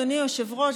אדוני היושב-ראש,